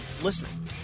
listening